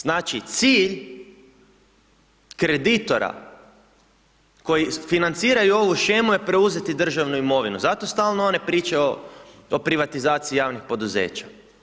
Znači, cilj kreditora koji financiraju ovu shemu je preuzeti državnu imovinu, zato stalno one pričaju o privatizaciji javnih poduzeća.